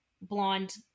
blonde